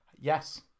Yes